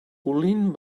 olint